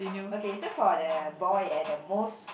okay so for the boy at the most